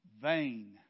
vain